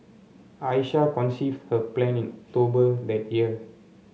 Aisha conceived her plan in October that year